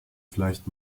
vielleicht